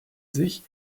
sich